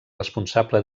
responsable